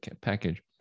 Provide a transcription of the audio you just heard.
package